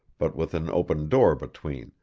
but with an open door between,